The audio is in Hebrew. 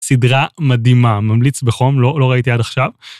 סדרה מדהימה, ממליץ בחום, לא ראיתי עד עכשיו.